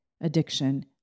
addiction